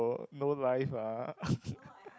no no life ah